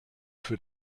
für